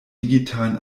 digitalen